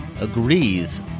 agrees